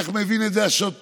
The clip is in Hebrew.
איך מבין את זה השוטר.